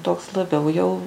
toks labiau jau